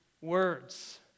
words